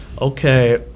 Okay